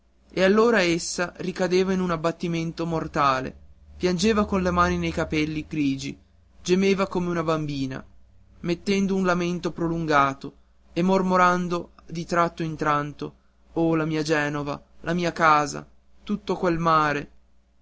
e allora essa ricadeva in un abbattimento mortale piangeva con le mani nei capelli grigi gemeva come una bambina mettendo un lamento prolungato e mormorando di tratto in tratto oh la mia genova la mia casa tutto quel mare